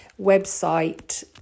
website